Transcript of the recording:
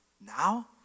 now